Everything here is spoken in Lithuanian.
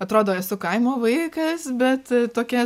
atrodo esu kaimo vaikas bet tokia